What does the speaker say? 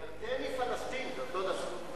ירדני, פלסטיני, זה אותו דבר.